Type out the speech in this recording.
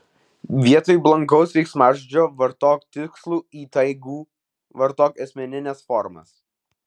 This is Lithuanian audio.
vietoj blankaus veiksmažodžio vartok tikslų įtaigų vartok asmenines formas